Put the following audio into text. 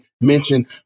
mention